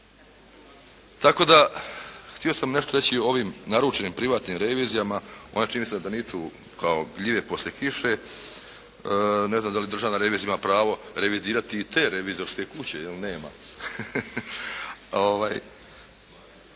Tako da htio sam nešto reći o ovim naručenim privatnim revizijama. One čini mi se da niču kao gljive poslije kiše. Ne znam da li državna revizija ima pravo revidirati i te revizorske kuće ili nema.